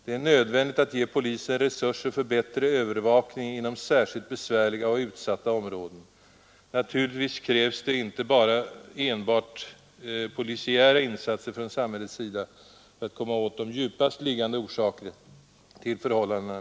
Det är nödvändigt att ge polisen resurser för bättre övervakning inom de särskilt besvärliga och utsatta områdena. Naturligtvis krävs det inte enbart polisiära insatser från samhällets sida för att komma åt de djupast liggande orsakerna till förhållandena.